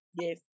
Yes